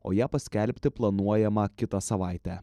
o ją paskelbti planuojama kitą savaitę